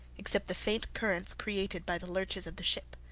except the faint currents created by the lurches of the ship.